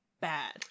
bad